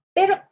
Pero